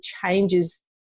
changes